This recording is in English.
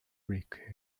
brick